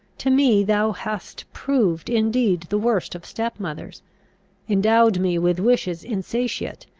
to me thou hast proved indeed the worst of step-mothers endowed me with wishes insatiate,